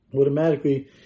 Automatically